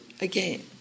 again